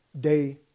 day